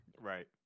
right